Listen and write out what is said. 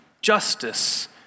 justice